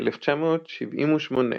ב-1978,